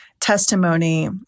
testimony